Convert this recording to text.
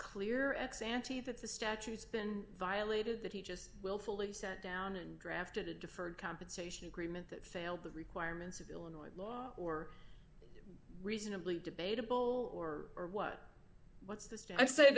the statutes been violated that he just willfully sat down and drafted a deferred compensation agreement that failed the requirements of illinois law or reasonably debatable or what's the i sa